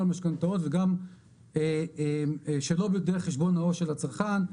משכנתאות וגם שלא דרך חשבון העו"ש של הצרכן.